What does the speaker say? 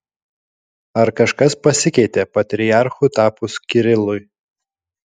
ar kažkas pasikeitė patriarchu tapus kirilui